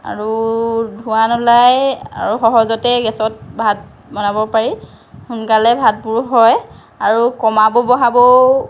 আৰু ধোৱা নোলায় আৰু সহজতে গেছত ভাত বনাব পাৰি সোনকালে ভাতবোৰ হয় আৰু কমাব বঢ়াবও